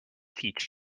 teach